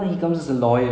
the movie